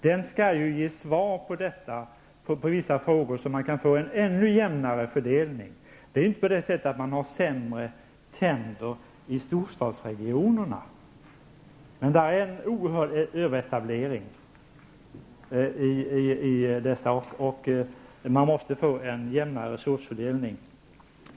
Den kommer att ge svar på vissa frågor om hur vi skall kunna få en ännu jämnare fördelning. Det är inte så att folk har sämre tänder i storstadsregionerna, men där är det en oerhörd överetablering. Det måste bli en jämnare resursfördelning.